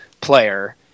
player